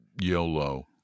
YOLO